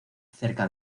cerca